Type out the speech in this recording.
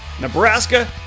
Nebraska